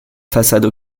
façade